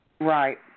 Right